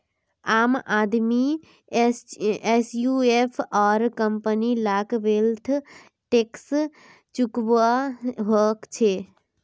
आम आदमी एचयूएफ आर कंपनी लाक वैल्थ टैक्स चुकौव्वा हछेक